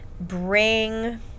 bring